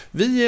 vi